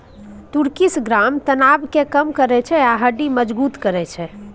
तुर्किश ग्राम तनाब केँ कम करय छै आ हड्डी मजगुत करय छै